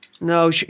No